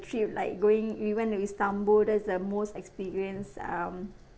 trip like going we went to istanbul that's the most experience um